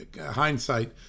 hindsight